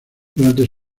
durante